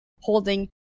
holding